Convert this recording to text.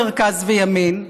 מרכז וימין,